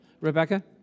Rebecca